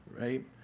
right